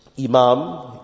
imam